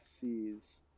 sees